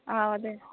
ആ അതെ